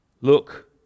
Look